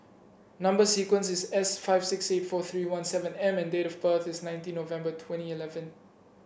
number sequence is S five six eight four three one seven M and date of birth is nineteen November twenty eleven